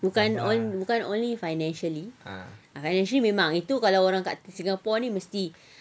bukan only bukan only financially financially memang itu kalau orang dekat singapore ni mesti